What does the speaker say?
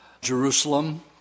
Jerusalem